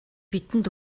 бидэнд